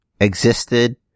existed